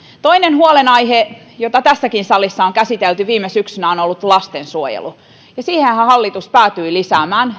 toinen huolenaihe jota tässäkin salissa on käsitelty viime syksynä on ollut lastensuojelu siihenhän hallitus päätyi lisäämään